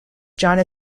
john